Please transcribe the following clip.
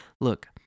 look